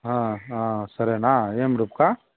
ఆ అ సరేనా ఏం రిబ్కా